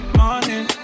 morning